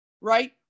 right